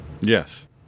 Yes